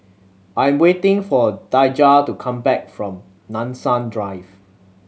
I am waiting for Daijah to come back from Nanson Drive